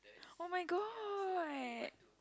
oh-my-god